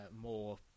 more